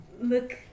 look